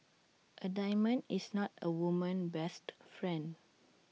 A diamond is not A woman's best friend